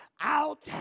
out